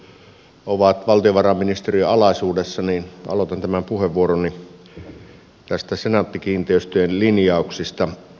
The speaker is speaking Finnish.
kun senaatti kiinteistöt on valtiovarainministeriön alaisuudessa aloitan tämän puheenvuoroni senaatti kiinteistöjen linjauksista